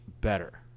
better